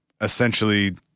essentially